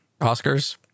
Oscars